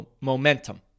momentum